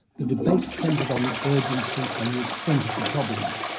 the debate centred on the urgency and the extent of the problem.